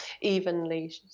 evenly